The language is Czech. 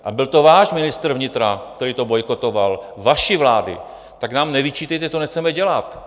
A byl to váš ministr vnitra, který to bojkotoval, vaší vlády, tak nám nevyčítejte, že to nechceme dělat.